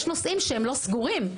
יש נושאים שלא סגורים,